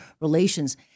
relations